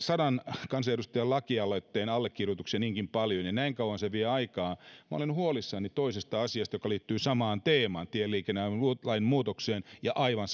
sadan kansanedustajan allekirjoitukset niinkin paljon ja näin paljon se vie aikaa minä olen huolissani toisesta asiasta joka liittyy samaan teemaan eli tieliikennelain muutokseen ja aivan